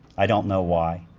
i don't know why.